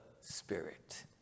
spirit